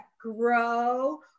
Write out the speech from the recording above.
grow